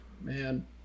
Man